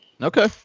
Okay